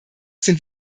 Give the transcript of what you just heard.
sind